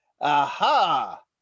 aha